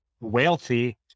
wealthy